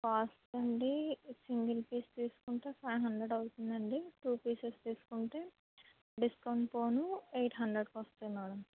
cost అండి single piece తీసుకుంటే five hundred అవుతుంది అండి టూ పీసెస్ తీసుకుంటే డిస్కౌంట్ పోను ఎయిట్ హండ్రెడ్కి వస్తాయి మేడం